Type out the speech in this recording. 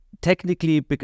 Technically